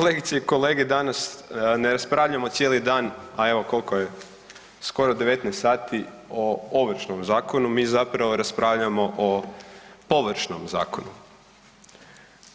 Mi kolegice i kolege danas ne raspravljamo cijeli dan, a evo kolko je, skoro 19 sati, o Ovršnom zakonu, mi zapravo raspravljamo o površnom zakonu